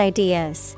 Ideas